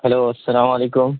hello السلام علیکم